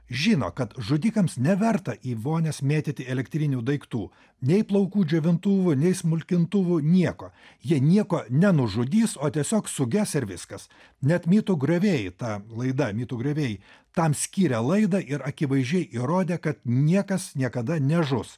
žino kad žudikams neverta į vonias mėtyti elektrinių daiktų nei plaukų džiovintuvų nei smulkintuvų nieko jie nieko nenužudys o tiesiog suges ir viskas net mitų griovėjai ta laida mitų griovėjai tam skyrė laidą ir akivaizdžiai įrodė kad niekas niekada nežus